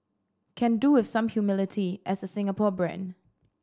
can do with some humility as a Singapore brand